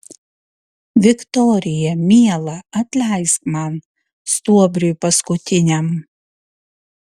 viktorija miela atleisk man stuobriui paskutiniam